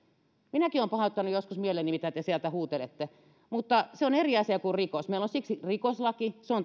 minäkin olen pahoittanut joskus mieleni siitä mitä te sieltä huutelette mutta se on eri asia kuin rikos meillä on siksi rikoslaki se on